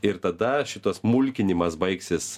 ir tada šitas mulkinimas baigsis